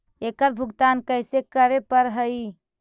एकड़ भुगतान कैसे करे पड़हई?